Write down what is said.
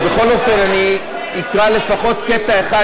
בכל אופן אני אקרא לפחות קטע אחד,